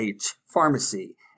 Pharmacy